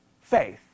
faith